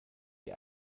die